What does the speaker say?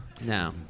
No